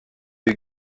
you